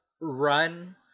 run